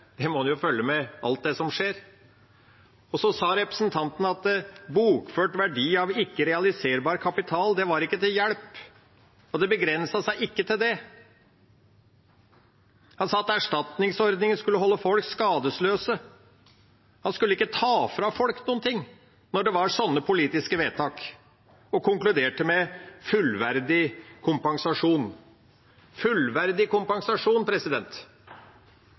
en må jo følge med på alt det som skjer. Så sa representanten at bokført verdi av ikke-realiserbar kapital ikke var til hjelp. Og det begrenset seg ikke til det: Han sa at erstatningsordningen skulle holde folk skadesløse, en skulle ikke ta fra folk noen ting når det var sånne politiske vedtak, og han konkluderte med «fullverdig kompensasjon». Fullverdig kompensasjon!